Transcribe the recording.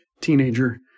teenager